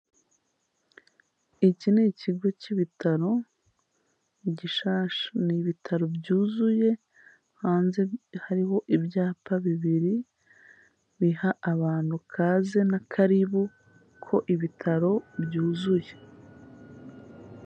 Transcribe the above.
Iki ni ikigo cy'ibitaro gishyashya, ni ibitaro byuzuye hanze hariho ibyapa bibiri biha abantu kaze na karibu, ko ibitaro byuzuye.